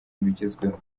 ibigezweho